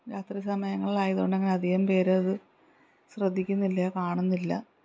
രാത്രി സമയങ്ങളിലായതുകൊണ്ടുതന്നെ അധികം പേർ അത് ശ്രദ്ധിക്കുന്നില്ല കാണുന്നില്ല